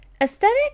aesthetic